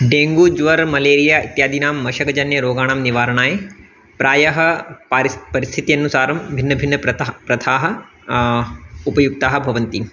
dengue ज्वर् malaria इत्यादीनां मशकजन्यरोगाणां निवारणाय प्रायः परिस्थितिः परिस्थितेः अनुसारं भिन्नभिन्नप्रथाः प्रथाः उपयुक्ताः भवन्ति